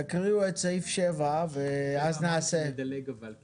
תקריאו את סעיף 7 ואז נעשה ------ נדלג אבל,